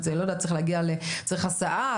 צריך הסעה,